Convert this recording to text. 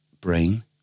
brain